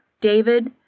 David